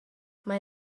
mae